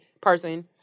person